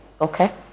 Okay